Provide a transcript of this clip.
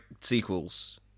sequels